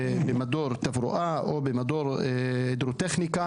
ובמדור תברואה או במדור הידרוטכניקה.